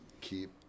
keep